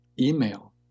email